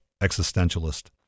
existentialist